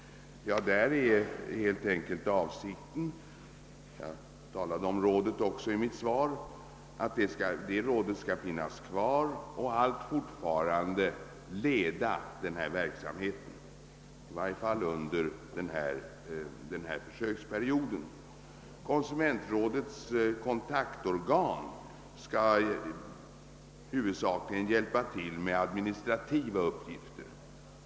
Avsikten är att rådet skall finnas kvar och alltfort leda verksamheten, i varje fall under försöksperioden. Jag berörde detta i mitt interpellationssvar. Konsumentrådets kontaktorgan skall huvudsakligen hjälpa till med administrativa uppgifter.